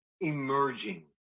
emerging